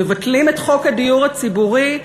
מבטלים את חוק הדיור הציבורי?